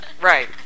Right